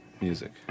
Music